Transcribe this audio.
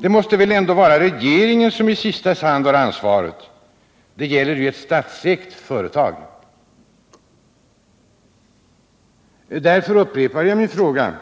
Det måste väl ändå vara regeringen som i sista hand har ansvaret — det gäller ju ett statsägt företag. Därför upprepar jag frågan,